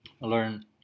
learn